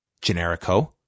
Generico